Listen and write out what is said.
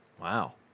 Wow